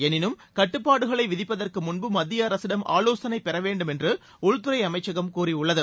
எனினும் கட்டுப்பாடுகளை விதிப்பதற்கு முன்பு மத்திய அரசிடம் ஆலோசனை பெற வேண்டும் என்று உள்துறை அமைச்சகம் கூறியுள்ளது